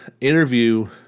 interview